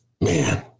Man